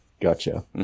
Gotcha